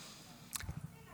שלוש דקות.